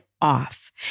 off